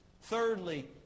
Thirdly